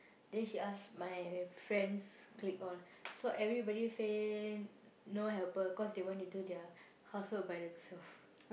then she ask my friends' clique all so everybody say no helper cause they want to do their housework by themselves